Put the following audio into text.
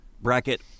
bracket